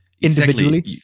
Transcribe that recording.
individually